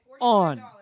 on